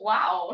Wow